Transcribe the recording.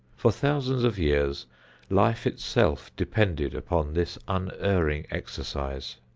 for thousands of years life itself depended upon this unerring exercise.